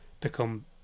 become